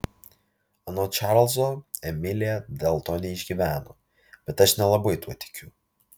anot čarlzo emilė dėl to neišgyveno bet aš nelabai tuo tikiu